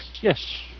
yes